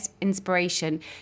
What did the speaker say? inspiration